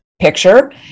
picture